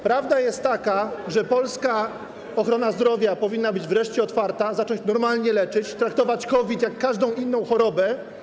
Prawda jest taka, że polska ochrona zdrowia powinna być wreszcie otwarta, zacząć normalnie leczyć, traktować COVID jak każdą inną chorobę.